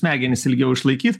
smegenis ilgiau išlaikyt